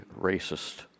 racist